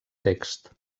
text